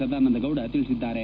ಸದಾನಂದಗೌಡ ತಿಳಿಸಿದ್ದಾರೆ